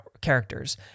characters